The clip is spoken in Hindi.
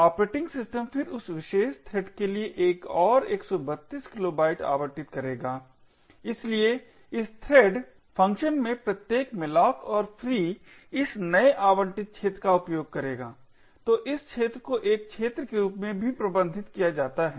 ऑपरेटिंग सिस्टम फिर उस विशेष थ्रेड के लिए एक और 132 किलोबाइट आवंटित करेगा इसलिए इस थ्रेड फ़ंक्शन में प्रत्येक malloc और free इस नए आवंटित क्षेत्र का उपयोग करेगा तो इस क्षेत्र को एक क्षेत्र के रूप में भी प्रबंधित किया जाता है